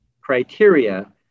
criteria